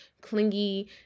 clingy